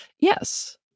Yes